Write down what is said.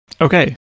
okay